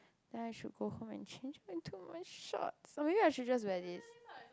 ya I should go home and change into my shorts or maybe I should just wear this